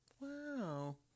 Wow